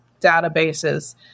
databases